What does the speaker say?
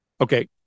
Okay